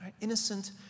Innocent